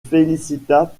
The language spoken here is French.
félicita